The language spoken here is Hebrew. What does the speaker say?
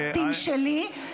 תמשלי,